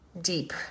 deep